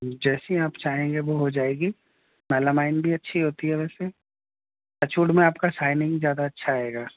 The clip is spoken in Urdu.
جیسی آپ چاہیں گے وہ ہو جائے گی ملامائن بھی اچھی ہوتی ہے ویسے اچوڈ میں آپ کا سائنگ زیادہ اچھا آئے گا